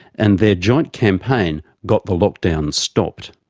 and their joint campaign got the lockdown stopped.